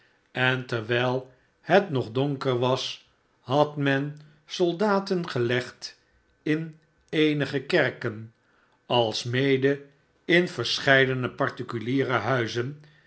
en terwijl het nog donker was had men soldaten gelegd in eemge kerken alsmede in verscheidene particuliere huizen